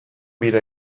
bira